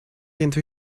into